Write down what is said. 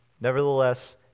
Nevertheless